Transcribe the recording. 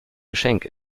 geschenk